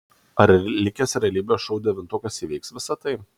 ar likęs realybės šou devintukas įveiks visa tai